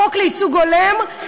החוק לייצוג הולם,